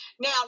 Now